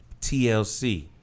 TLC